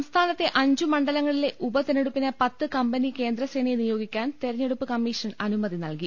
സംസ്ഥാനത്തെ അഞ്ചുമണ്ഡലങ്ങളിലെ ഉപതെരഞ്ഞെടുപ്പിന് പത്ത് കമ്പനി കേന്ദ്രസേനയെ നിയോഗിക്കാൻ തെരഞ്ഞെടുപ്പ് കമ്മീഷൻ അനുമതി നൽകി